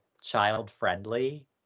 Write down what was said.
child-friendly